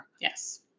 Yes